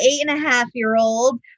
eight-and-a-half-year-old